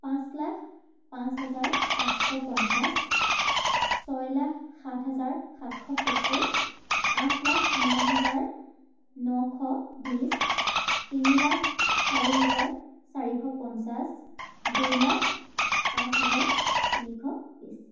পাঁচ লাখ পাঁচ হাজাৰ পাঁচশ পঞ্চাছ ছয় লাখ সাত হাজাৰ সাতশ সত্তৰ আঠ লাখ ন হাজাৰ নশ বিছ তিনি লাখ চাৰি হাজাৰ চাৰিশ পঞ্চাছ দুই লাখ পাঁচ হাজাৰ তিনিশ বিছ